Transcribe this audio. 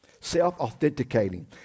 self-authenticating